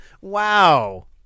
Wow